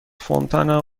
fontana